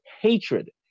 hatred